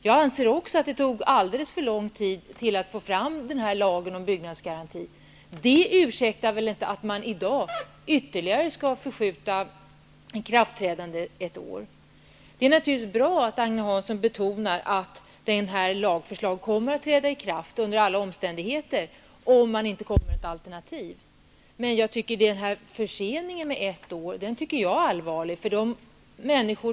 Jag anser också att det tog alldeles för lång tid att få fram lagen om byggnadsgaranti. Men det motiverar väl inte att man i dag vill skjuta på ikraftträdandet ytterligare ett år. Det är bra att Agne Hansson betonar att lagen kommer att träda i kraft under alla omständigheter, om man inte får fram ett alternativ. Men förseningen med ett år tycker jag är allvarlig.